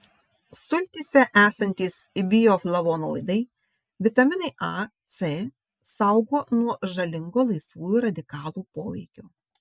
sultyse esantys bioflavonoidai vitaminai a c saugo nuo žalingo laisvųjų radikalų poveikio